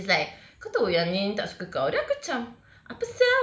she's like kau tahu yang ni tak suka kau then aku macam apasal